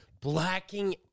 blacking